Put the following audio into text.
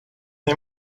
nie